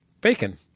bacon